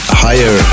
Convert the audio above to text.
higher